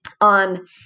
on